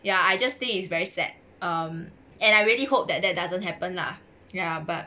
ya I just think it's very sad um and I really hope that that doesn't happen lah ya but